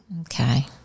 okay